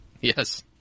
Yes